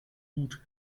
blut